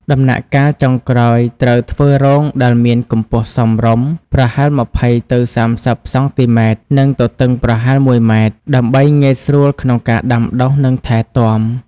ដំណាក់កាលចុងក្រោយត្រូវធ្វើរងដែលមានកម្ពស់សមរម្យ ប្រហែល ២០ ទៅ ៣០ សង់ទីម៉ែត្រ និងទទឹងប្រហែល ១ ម៉ែត្រ ដើម្បីងាយស្រួលក្នុងការដាំដុះ និងថែទាំ។